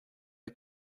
est